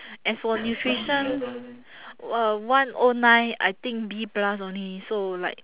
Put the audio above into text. as for nutrition uh one O nine I think B plus only so like